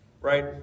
right